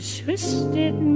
twisted